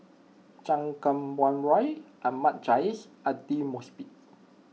Chan Kum Wah Roy Ahmad Jais Aidli Mosbit